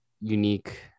unique